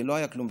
ולא היה כלום,